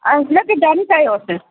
ऐं हिनखे डन कयोसि